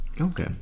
okay